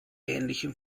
ähnlichem